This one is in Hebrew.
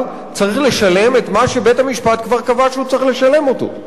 צריך לשלם את מה שבית-המשפט כבר קבע שהוא צריך לשלם אותו.